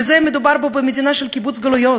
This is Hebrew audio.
מדובר פה במדינה של קיבוץ גלויות,